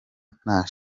nta